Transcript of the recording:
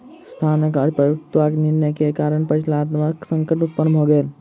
संस्थानक अपरिपक्व निर्णय के कारण परिचालनात्मक संकट उत्पन्न भ गेल